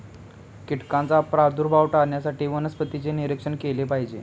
कीटकांचा प्रादुर्भाव टाळण्यासाठी वनस्पतींचे निरीक्षण केले पाहिजे